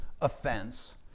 offense